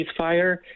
ceasefire